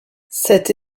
cette